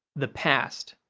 the past.